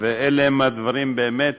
ואלה הם הדברים, באמת,